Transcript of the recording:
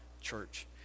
church